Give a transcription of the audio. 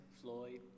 Floyd